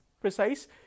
precise